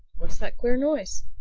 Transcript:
what's that queer noise?